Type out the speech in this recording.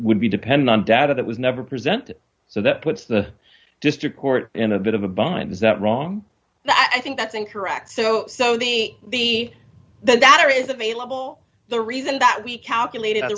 would be dependent on data that was never present so that puts the district court in a bit of a bind is that wrong i think that's incorrect so so the the the that is available the reason that we calculated